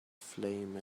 flame